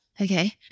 okay